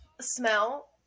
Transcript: smell